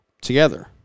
together